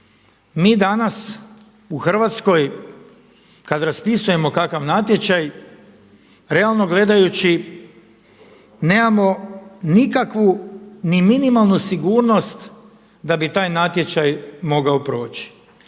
Mi danas u Hrvatskoj kad raspisujemo kakav natječaj realno gledajući nemamo nikakvu ni minimalnu sigurnost da bi taj natječaj mogao proći.